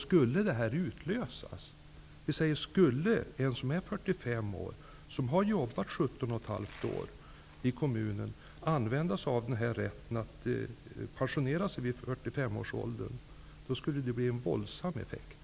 Skulle det här avtalet träda i kraft, skulle en som är 45 år och har jobbat i 17,5 år i kommunen använda sig av den här rätten att pensionera sig, då skulle det ju bli en våldsam effekt.